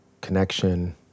Connection